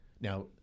Now